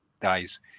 dies